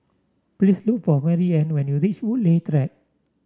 please look for Marianne when you reach Woodleigh Track